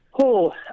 Cool